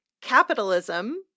Capitalism